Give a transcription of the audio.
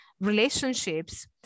relationships